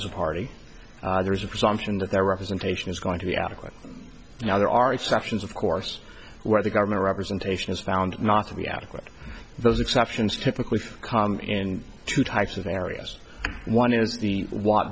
is a party there is a presumption that their representation is going to be adequate now there are exceptions of course where the government representation is found not to be adequate those exceptions typically in two types of areas one is the want